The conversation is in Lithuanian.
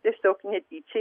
tiesiog netyčia